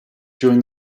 during